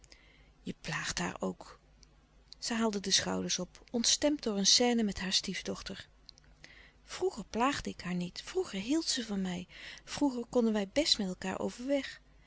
je plaagt haar ook zij haalde de schouders op ontstemd door een scène met haar stiefdochter louis couperus de stille kracht vroeger plaagde ik haar niet vroeger hield ze van mij vroeger konden wij best met elkaâr overweg